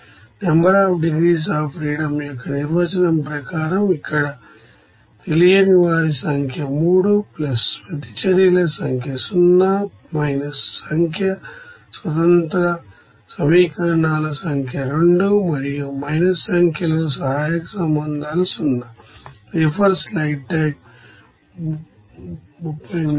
మీరు ఇక్కడ 0 రాయవచ్చు అందువల్ల డిగ్రీస్ అఫ్ ఫ్రీడమ్ సంఖ్య NDF యొక్క నిర్వచనం ప్రకారం ఇక్కడ తెలియని వారి సంఖ్య 3 ప్లస్ ప్రతిచర్యల సంఖ్య 0 మైనస్ సంఖ్య స్వతంత్ర సమీకరణాల సంఖ్య 2 మరియు మైనస్ సంఖ్యలో సహాయక సంబంధాలు 0